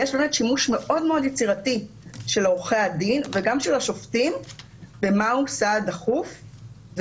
יש שימוש מאוד יצירתי של עורכי הדין וגם של השופטים במהו סעד דחוף,